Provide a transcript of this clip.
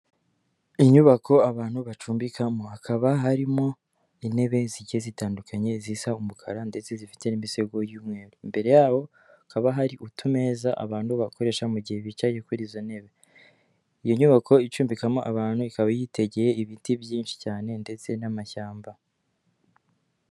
Inyubako abantu bacumbikamo, hakaba harimo intebe zigiye zitandukanye, zisa umukara ndetse zifite n'imisego y'umweru, imbere yaho hakaba hari utumeeza abantu bakoresha mu gihe bicaye kuri izo ntebe, iyo nyubako icumbikamo abantu ikaba yitegeye ibiti byinshi cyane ndetse n'amashyamba.